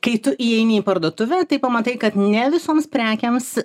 kai tu įeini į parduotuvę tai pamatai kad ne visoms prekėms